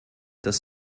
des